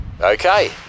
Okay